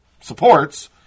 supports